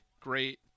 great –